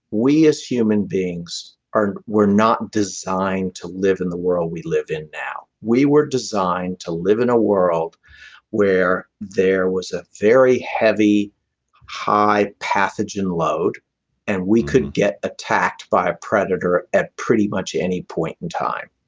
we as human beings we're not designed to live in the world we live in now we were designed to live in a world where there was a very heavy high pathogen load and we could get attacked by a predator at pretty much any point in time.